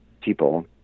people